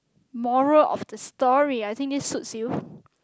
moral of the story I think this suits you